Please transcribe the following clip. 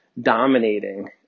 dominating